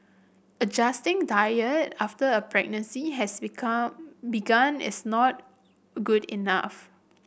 adjusting diet after a pregnancy has become begun is not good enough